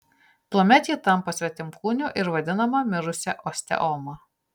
tuomet ji tampa svetimkūniu ir vadinama mirusia osteoma